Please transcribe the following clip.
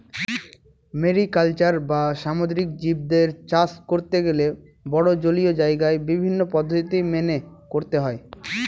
mariculture বা সামুদ্রিক জীবদের চাষ করতে গেলে বড়ো জলীয় জায়গায় বিভিন্ন পদ্ধতি মেনে করতে হয়